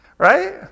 right